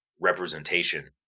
representation